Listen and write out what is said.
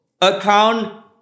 account